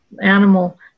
animal